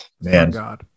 man